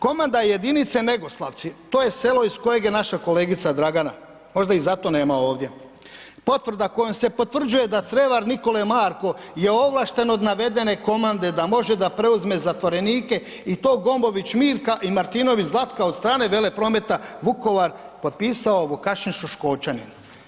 Komanda jedinice Negoslavci, to je selo iz kojega je naša kolegica Dragana možda je zato nema ovdje, potvrda kojom se potvrđuje da Crevac Nikole Marko je ovlašten od navedene komande da može da preuzme zatvorenike i to Gombović Mirka i Martinović Zlatka od strane Veleprometa Vukovar, potpisao Vukašin Šuškočanin.